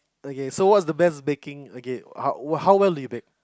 okay so what's the best baking okay what how well do you bake